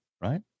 Right